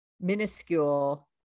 minuscule